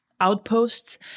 outposts